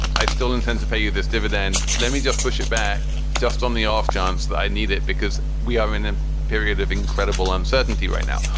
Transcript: i still intend to pay you this dividend. let me just push it back just on the off chance that i need it, because we are in a period of incredible uncertainty right now.